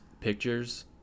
pictures